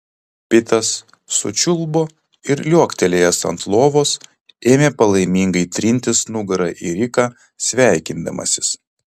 pitas sučiulbo ir liuoktelėjęs ant lovos ėmė palaimingai trintis nugara į riką sveikindamasis